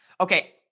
Okay